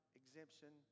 exemption